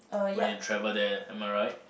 when you travel there am I right